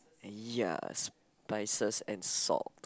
ya spices and salt